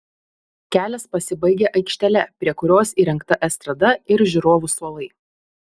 kelias pasibaigia aikštele prie kurios įrengta estrada ir žiūrovų suolai